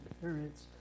parents